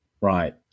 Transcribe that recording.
Right